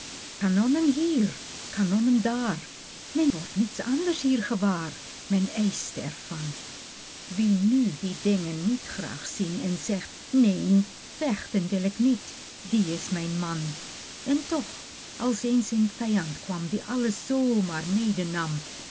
kanonnen hier kanonnen daar men wordt niets anders hier gewaar men ijst er van wie nu die dingen niet graag ziet en zegt neen vechten wil ik niet die is mijn man pieter louwerse alles zingt en toch als eens een vijand kwam die alles zoo maar medenam